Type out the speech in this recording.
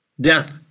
Death